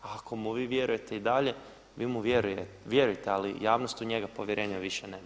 A ako mu vi vjerujete i dalje vi mu vjerujte, ali javnost u njega povjerenja više nema.